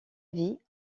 vie